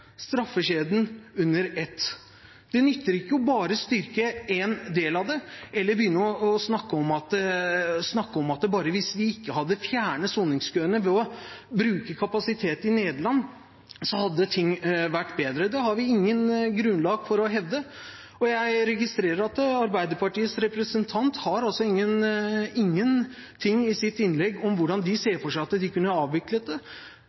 straffekjeden under ett. Det nytter ikke bare å styrke en del av det, eller begynne å snakke om at hvis vi ikke hadde fjernet soningskøene ved å bruke kapasitet i Nederland, hadde ting vært bedre. Det har vi ikke grunnlag for å hevde. Jeg registrerer at Arbeiderpartiets representant ikke har noe i sitt innlegg om hvordan de